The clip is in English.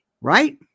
Right